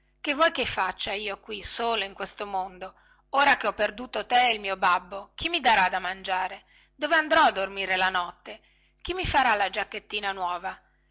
che vuoi che faccia qui solo in questo mondo ora che ho perduto te e il mio babbo chi mi darà da mangiare dove anderò a dormire la notte chi mi farà la giacchettina nuova